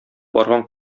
барган